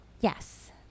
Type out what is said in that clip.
Yes